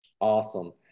Awesome